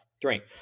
Drink